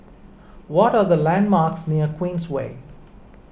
what are the landmarks near Queensway